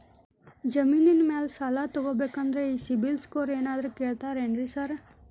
ಜಮೇನಿನ ಮ್ಯಾಲೆ ಸಾಲ ತಗಬೇಕಂದ್ರೆ ಈ ಸಿಬಿಲ್ ಸ್ಕೋರ್ ಏನಾದ್ರ ಕೇಳ್ತಾರ್ ಏನ್ರಿ ಸಾರ್?